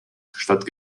statt